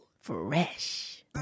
fresh